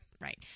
right